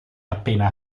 appena